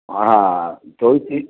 হ্যাঁ তবু ঠিক